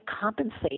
compensate